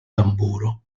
tamburo